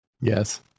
yes